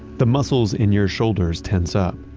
the muscles in your shoulders tense up,